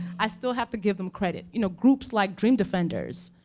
i still have to give them credit. you know, groups like dream defenders,